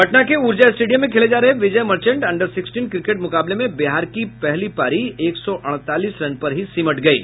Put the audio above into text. पटना के ऊर्जा स्टेडियम में खेले जा रहे Vijay Merchant under sixteen cricket मुकाबले में बिहार की पहली पारी एक सौ अड़तालीस रन पर ही सिमट गयी